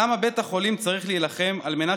למה בית החולים צריך להילחם על מנת